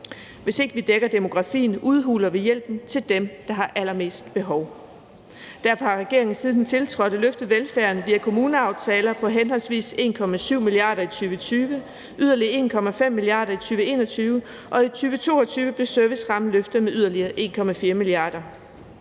Hvis ikke vi dækker demografien, udhuler vi hjælpen til dem, der har allermest behov for den. Derfor har regeringen, siden den tiltrådte, løftet velfærden via kommuneaftaler på henholdsvis 1,7 mia. kr. i 2020, yderligere 1,5 mia. kr. i 2021, og i 2022 blev servicerammen løftet med yderligere 1,4 mia. kr.